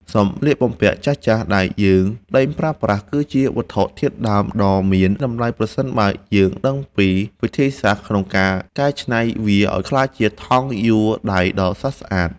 សម្លៀកបំពាក់ចាស់ៗដែលយើងលែងប្រើប្រាស់ គឺជាវត្ថុធាតុដើមដ៏មានតម្លៃប្រសិនបើយើងដឹងពីវិធីសាស្ត្រក្នុងការកែច្នៃវាឱ្យក្លាយជាថង់យួរដៃដ៏ស្រស់ស្អាត។